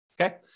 okay